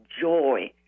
joy